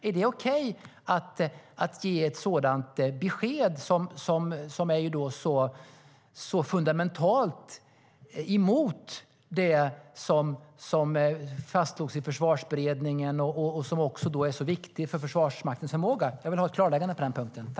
Är det okej att ge ett besked som är så fundamentalt emot det som fastslogs i Försvarsberedningen och som är så viktigt för Försvarsmaktens förmåga? Jag vill ha ett klarläggande på den punkten.